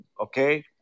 Okay